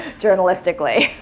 journalistically.